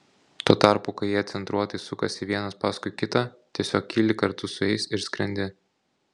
tuo tarpu kai jie centruotai sukasi vienas paskui kitą tiesiog kyli kartu su jais ir skrendi